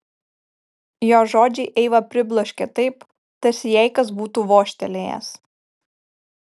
jo žodžiai eivą pribloškė taip tarsi jai kas būtų vožtelėjęs